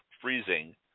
freezing